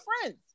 friends